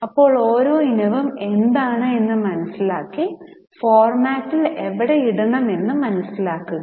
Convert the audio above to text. അപ്പോൾ ഓരോ ഇനവും എന്താണ് എന്ന് മനസിലാക്കി ഫോർമാറ്റിൽ എവിടെ ഇടണം എന്ന് മനസിലാക്കുക